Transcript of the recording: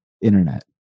Internet